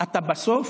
אתה בסוף